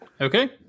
Okay